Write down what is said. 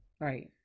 Right